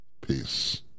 Peace